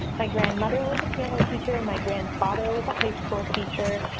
my grandmother was a piano teacher and my grandfather was a high school teacher,